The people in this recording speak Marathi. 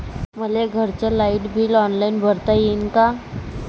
मले घरचं लाईट बिल ऑनलाईन भरता येईन का?